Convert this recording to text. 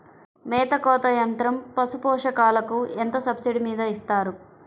మేత కోత యంత్రం పశుపోషకాలకు ఎంత సబ్సిడీ మీద ఇస్తారు?